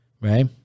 right